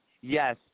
Yes